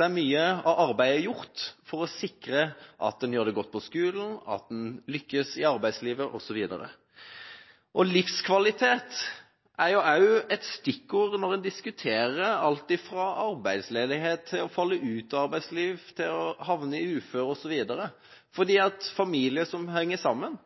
er mye av arbeidet gjort for å sikre at en gjør det godt på skolen, at en lykkes i arbeidslivet osv. Livskvalitet er også et stikkord når en diskuterer alt fra arbeidsledighet til å falle ut av arbeidslivet, til å havne i uføre osv., fordi familier som henger sammen,